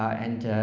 and